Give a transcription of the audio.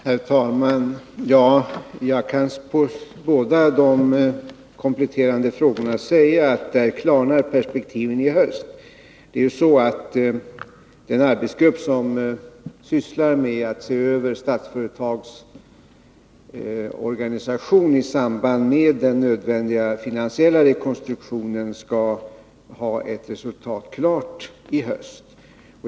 Herr talman! Jag kan som svar på de båda kompletterande frågorna säga att där klarnar perspektiven i höst. Det är ju så att den arbetsgrupp som sysslar med att se över Statsföretags organisation i samband med den nödvändiga finansiella rekonstruktionen skall ha ett resultat klart i höst.